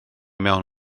mewn